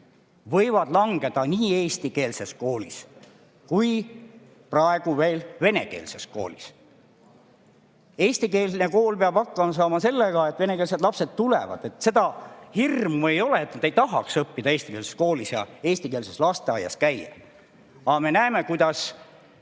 võivad langeda nii eestikeelses koolis kui ka praegu veel venekeelses koolis. Eestikeelne kool peab hakkama saama sellega, et venekeelsed lapsed tulevad. Seda hirmu ei ole, et nad ei taha õppida eestikeelses koolis ja käia eestikeelses lasteaias. Aga me näeme, kuidas